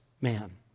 man